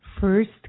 first